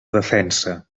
defensa